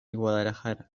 guadalajara